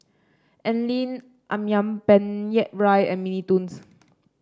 Anlene ayam Penyet Ria and Mini Toons